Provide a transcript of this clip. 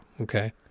okay